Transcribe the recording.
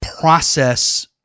process